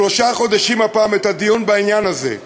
בשלושה חודשים הפעם, את הדיון בעניין הזה.